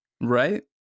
Right